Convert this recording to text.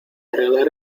arreglar